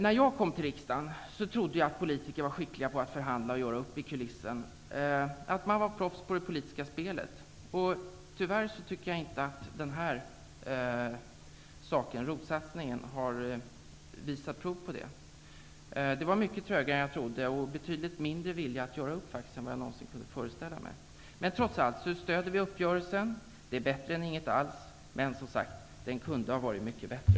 När jag kom till riksdagen, trodde jag att politiker var skickliga på att förhandla och göra upp i kulissen, att de var proffs på det politiska spelet. Men ROT-satsningen har tyvärr inte visat prov på detta. Det har varit mycket trögare än jag trodde, och man har visat betydligt mindre vilja att göra upp än jag någonsin kunde föreställa mig. Men trots allt stöder vi uppgörelsen. Den är bättre än ingenting alls, men den kunde som sagt ha varit mycket bättre.